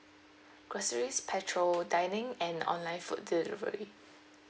groceries petrol dining and online food delivery